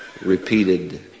repeated